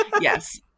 Yes